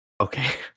Okay